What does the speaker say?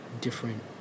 different